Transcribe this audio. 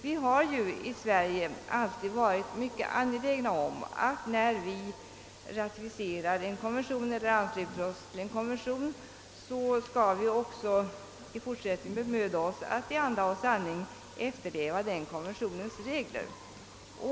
Vi har ju i Sverige alltid varit mycket angelägna om att när vi ratificerar en konvention, skall vi också i fortsättningen bemöda oss att i anda och sanning efterleva den konventionens regler.